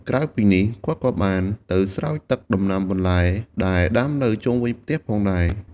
ក្រៅពីនេះ គាត់ក៏បានទៅស្រោចទឹកដំណាំបន្លែ ដែលដាំនៅជុំវិញផ្ទះផងដែរ។